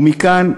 ומכאן,